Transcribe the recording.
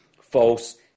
false